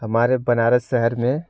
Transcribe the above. हमारे बनारस शहर में